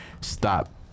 stop